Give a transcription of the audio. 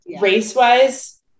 race-wise